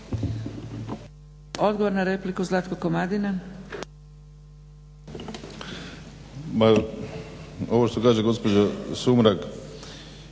Odgovor na repliku, Zlatko Komadina.